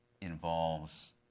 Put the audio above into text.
involves